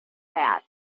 that